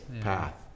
path